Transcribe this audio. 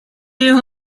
you